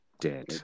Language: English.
Dead